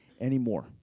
anymore